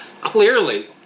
Clearly